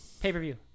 Pay-per-view